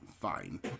Fine